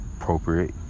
appropriate